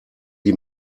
die